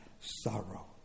sorrow